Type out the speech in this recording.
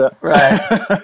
right